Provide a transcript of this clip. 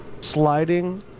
Sliding